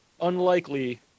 unlikely